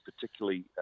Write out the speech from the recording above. particularly